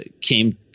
came